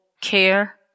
care